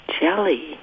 Jelly